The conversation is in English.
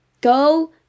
Go